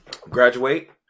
graduate